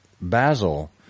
Basil